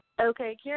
Okay